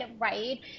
right